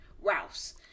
Rouse